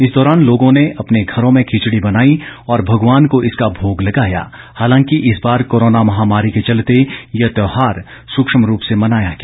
इस दौरान लोगों ने अपने घरों में खिचड़ी बनाई और भगवान को इसका भोग लगाया े हालांकि इस बार कोरोना महामारी के चलते ये त्यौहार सूक्ष्म रूप से मनाया गया